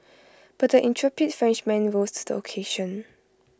but the intrepid Frenchman rose to the occasion